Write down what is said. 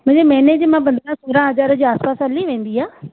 मुंहिंजी महिने जे मां पंदरहं सोराहं हज़ार जे आसपास सां हली वेंदी आहे